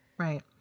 Right